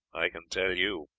i can tell you.